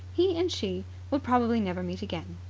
he and she would probably never meet again.